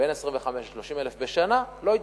בין 25,000 ל-30,000 בשנה, לא התבצעו.